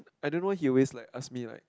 I don't know he always like ask me like